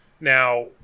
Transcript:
Now